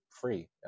free